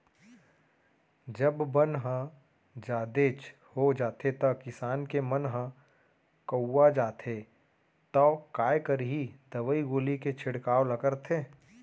जब बन ह जादेच हो जाथे त किसान के मन ह कउवा जाथे तौ काय करही दवई गोली के छिड़काव ल करथे